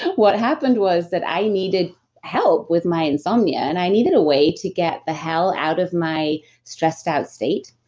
what happened was that i needed help with my insomnia, and i needed a way to get the hell out of my stressed-out state.